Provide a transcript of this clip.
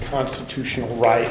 constitutional rights